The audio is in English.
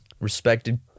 respected